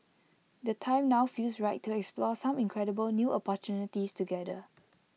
the time now feels right to explore some incredible new opportunities together